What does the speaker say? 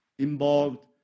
involved